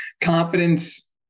confidence